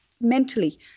mentally